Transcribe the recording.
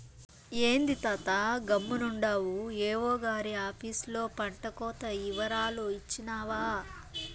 ఏంది తాతా గమ్మునుండావు ఏవో గారి ఆపీసులో పంటకోత ఇవరాలు ఇచ్చినావా